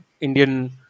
Indian